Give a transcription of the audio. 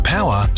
Power